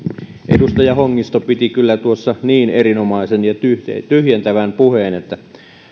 edustaja hongisto piti kyllä niin erinomaisen ja tyhjentävän puheen että